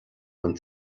den